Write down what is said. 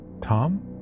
Tom